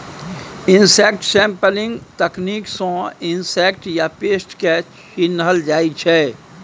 insect sampling तकनीक सँ insect या पेस्ट केँ चिन्हल जाइ छै